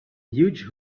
huge